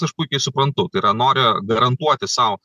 aš puikiai suprantu tai yra nori garantuoti sau